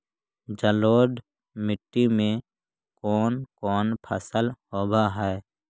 जलोढ़ मट्टी में कोन कोन फसल होब है?